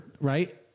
right